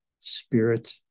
spirit